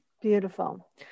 Beautiful